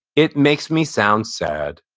it makes me sound sad,